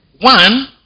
one